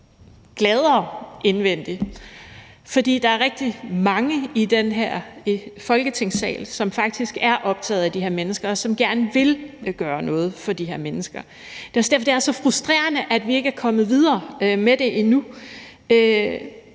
der er rigtig mange i den her Folketingssal, som faktisk er optaget af de her mennesker, og som gerne vil gøre noget for de her mennesker. Det er også derfor, det er så frustrerende, at vi ikke er kommet videre med det endnu.